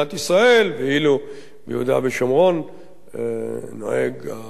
ואילו ביהודה ושומרון נוהג החוק,